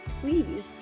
please